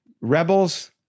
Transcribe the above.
rebels